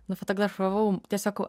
nufotografavau tiesiog